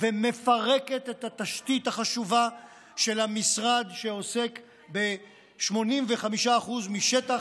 ומפרק את התשתית החשובה של המשרד שעוסק ב-85% משטח